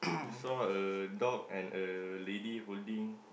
you saw a dog and a lady holding